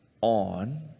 on